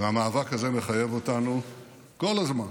והמאבק הזה מחייב אותנו כל הזמן